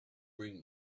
bring